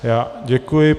Já děkuji.